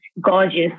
gorgeous